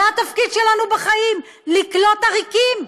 זה התפקיד שלנו בחיים, לקלוט עריקים?